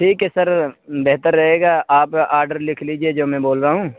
ٹھیک ہے سر بہتر رہے گا آپ آرڈر لکھ لیجیے جو میں بول رہا ہوں